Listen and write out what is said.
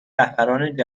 رهبران